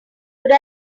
could